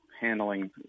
handling